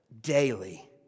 daily